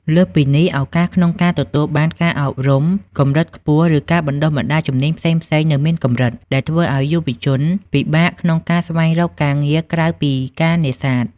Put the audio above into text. លើសពីនេះ ឱកាសក្នុងការទទួលបានការអប់រំកម្រិតខ្ពស់ ឬការបណ្តុះបណ្តាលជំនាញផ្សេងៗនៅមានកម្រិត ដែលធ្វើឲ្យយុវជនពិបាកក្នុងការស្វែងរកការងារក្រៅពីការនេសាទ។